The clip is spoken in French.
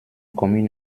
commune